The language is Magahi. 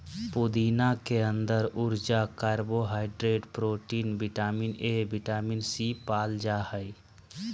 पुदीना के अंदर ऊर्जा, carbohydrate, protein, vitamin A, vitamin C, पाल जा हइ